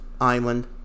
island